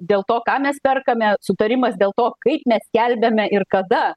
dėl to ką mes perkame sutarimas dėl to kaip mes skelbiame ir kada